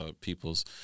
people's